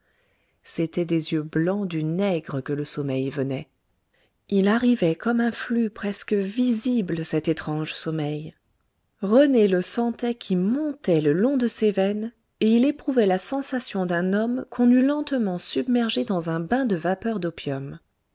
c'était des yeux blancs du nègre que le sommeil venait il arrivait comme un flux presque visible cet étrange sommeil rené le sentait qui montait le long de ses veines et il éprouvait la sensation d'un homme qu'on eût lentement submergé dans un bain de vapeur d'opium